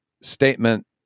statement